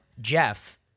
Jeff